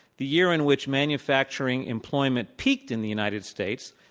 the year in which manufacturing employment peaked in the united states,